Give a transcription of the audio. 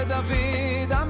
David